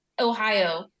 Ohio